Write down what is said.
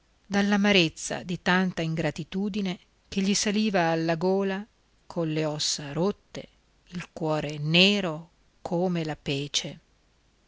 immenso dall'amarezza di tanta ingratitudine che gli saliva alla gola colle ossa rotte il cuore nero come la pece